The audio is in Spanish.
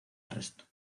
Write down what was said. arresto